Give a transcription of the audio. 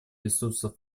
ресурсов